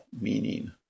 meaning